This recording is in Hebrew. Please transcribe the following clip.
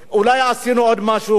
אולי עשינו עוד משהו.